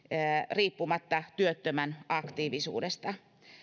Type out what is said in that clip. riippumatta työttömän aktiivisuudesta